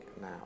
now